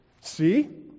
See